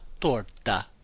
torta